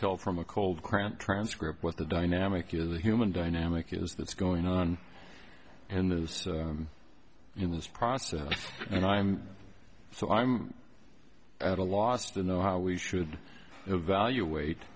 tell from a cold cramped transcript what the dynamic is a human dynamic is that's going on and in this process and i'm so i'm at a loss to know how we should evaluate